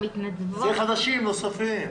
זה חדשים נוספים.